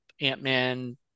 Ant-Man